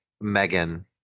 Megan